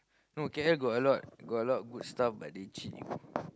no K_L got a lot got a lot good stuff but they cheat